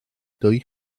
dwy